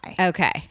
Okay